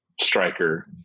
striker